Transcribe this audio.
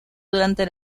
durante